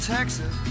Texas